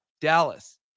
dallas